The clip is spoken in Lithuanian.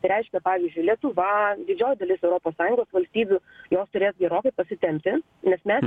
tai reiškia pavyzdžiui lietuva didžioji dalis europos sąjungos valstybių jos turės gerokai pasitempti nes mes